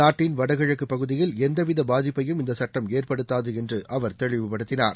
நாட்டின் வடகிழக்கு பகுதியில் எந்தவித பாதிப்பையும் இந்த சட்டம் ஏற்படுத்தாது என்று அவர் தெளிவுபடுத்தினார்